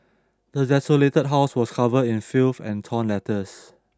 the desolated house was covered in filth and torn letters